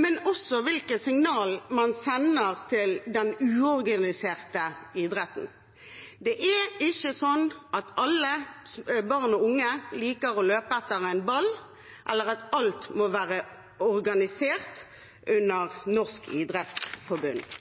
men også om hvilke signaler man sender til den uorganiserte idretten. Det er ikke sånn at alle barn og unge liker å løpe etter en ball, eller at alt må være organisert under Norges idrettsforbund.